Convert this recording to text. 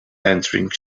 entering